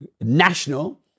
national